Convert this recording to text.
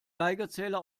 geigerzähler